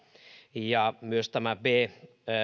myös b